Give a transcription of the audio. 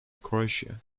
croatia